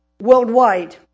worldwide